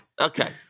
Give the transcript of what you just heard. Okay